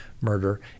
murder